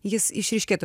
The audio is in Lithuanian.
jis išryškėtų